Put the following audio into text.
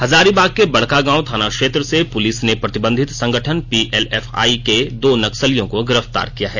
हजारीबाग के बड़कागांव थाना क्षेत्र से पुलिस ने प्रतिबंधित संगठन पीएलएफआई के दो नक्सलियो को गिरफ्तार किया है